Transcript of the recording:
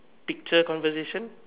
picture conversation